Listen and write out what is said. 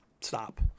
Stop